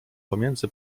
pomiędzy